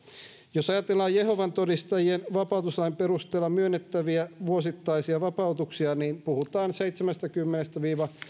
jos ajatellaan jehovan todistajien vapautuslain perusteella myönnettäviä vuosittaisia vapautuksia puhutaan seitsemästäkymmenestä viiva